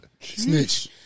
Snitch